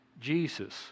Jesus